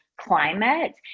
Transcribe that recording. climate